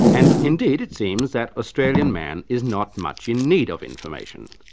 and indeed it seems that australian man is not much in need of information.